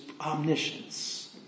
omniscience